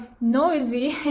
noisy